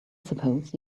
suppose